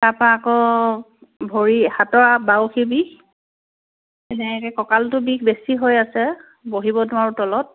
তাৰপৰা আকৌ ভৰি হাতৰ বাউসি বিষ এনেকৈ কঁকালটো বিষ বেছি হৈ আছে বহিব নোৱাৰোঁ তলত